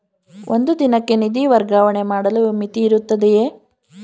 ಒಂದು ದಿನಕ್ಕೆ ನಿಧಿ ವರ್ಗಾವಣೆ ಮಾಡಲು ಮಿತಿಯಿರುತ್ತದೆಯೇ?